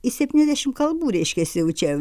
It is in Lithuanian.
į septyniasdešimt kalbų reiškiasi jau čia